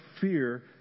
fear